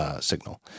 signal